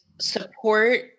support